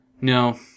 No